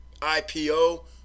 IPO